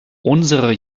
unsere